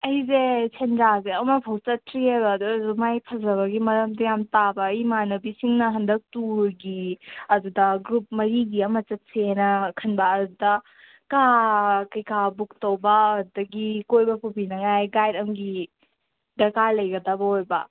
ꯑꯩꯁꯦ ꯁꯦꯟꯗ꯭ꯔꯥꯁꯦ ꯑꯃꯐꯥꯎ ꯆꯠꯇ꯭ꯔꯤꯑꯕ ꯑꯗꯨꯗꯨꯒ ꯃꯥꯏ ꯐꯖꯕꯒꯤ ꯃꯔꯝꯁꯦ ꯌꯥꯝ ꯇꯥꯕ ꯑꯩ ꯏꯃꯥꯟꯅꯕꯤꯁꯤꯡꯅ ꯍꯟꯗꯛ ꯇꯨꯔꯒꯤ ꯑꯗꯨꯗ ꯒ꯭ꯔꯨꯞ ꯃꯔꯤꯒꯤ ꯑꯃ ꯆꯠꯁꯦꯅ ꯈꯟꯕ ꯑꯗꯨꯗ ꯀꯥ ꯀꯩꯀꯥ ꯕꯨꯛ ꯇꯧꯕ ꯑꯗꯨꯗꯒꯤ ꯀꯣꯏꯕ ꯄꯨꯕꯤꯅꯉꯥꯏ ꯒꯥꯏꯠ ꯑꯃꯒꯤ ꯗꯔꯀꯥꯔ ꯂꯩꯒꯗꯕ ꯑꯣꯏꯕ